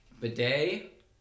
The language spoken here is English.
Bidet